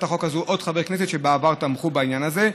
החוק הזאת עוד חברי כנסת שבעבר תמכו בחוק הזה.